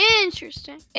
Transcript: interesting